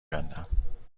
کندم